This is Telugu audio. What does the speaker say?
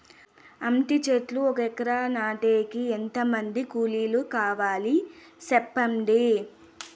అంటి చెట్లు ఒక ఎకరా నాటేకి ఎంత మంది కూలీలు కావాలి? సెప్పండి?